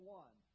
one